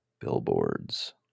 billboards